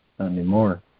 anymore